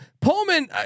Pullman